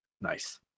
Nice